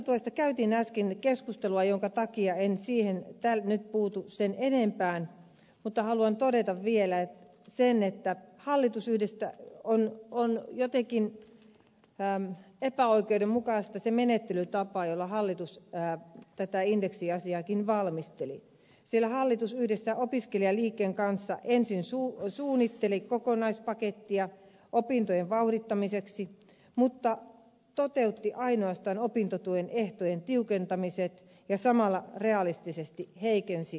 opintotuesta käytiin äsken keskustelua minkä takia en siihen nyt puutu sen enempää mutta haluan todeta vielä sen että on jotenkin epäoikeudenmukainen se menettelytapa jolla hallitus tätä indeksiasiaakin valmisteli sillä hallitus yhdessä opiskelijaliikkeen kanssa ensin suunnitteli kokonaispakettia opintojen vauhdittamiseksi mutta toteutti ainoastaan opintotuen ehtojen tiukentamisen ja samalla realistisesti heikensi opintotuen tasoa